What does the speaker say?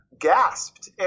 gasped